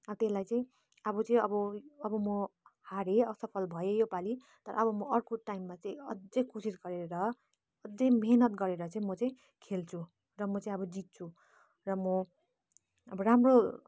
अब त्यसलाई चाहिँ अब चाहिँ अब अब म हारेँ असफल भएँ योपालि तर अब म अर्को टाइममा चाहिँ अझै कोसिस गरेर अझै मिहिनेत गरेर म चाहिँ खेल्छु र म चाहिँ अब जित्छु र म अब राम्रो